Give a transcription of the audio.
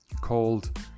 called